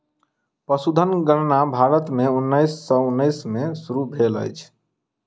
पशुधन गणना भारत में उन्नैस सौ उन्नैस में शुरू भेल अछि